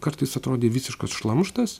kartais atrodė visiškas šlamštas